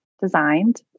designed